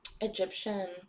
Egyptian